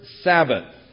Sabbath